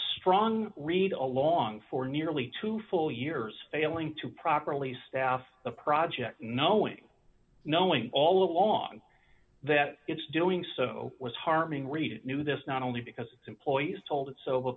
strong read along for nearly two full years failing to properly staff the project knowing knowing all along that it's doing so was harming read it knew this not only because employees told it so